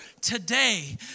today